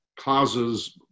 causes